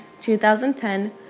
2010